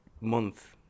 month